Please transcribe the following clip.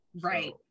Right